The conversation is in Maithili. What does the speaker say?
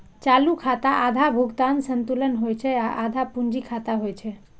चालू खाता आधा भुगतान संतुलन होइ छै आ आधा पूंजी खाता होइ छै